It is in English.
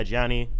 Johnny